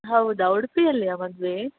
ಹೌದಾ ಉಡುಪಿಯಲ್ಲಿಯಾ ಮದುವೆ